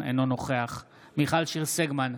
אינו נוכח מיכל שיר סגמן,